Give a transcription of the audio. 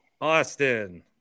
Austin